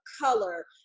color